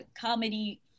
comedy